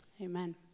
Amen